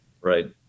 Right